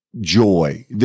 joy